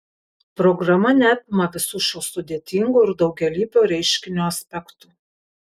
programa neapima visų šio sudėtingo ir daugialypio reiškinio aspektų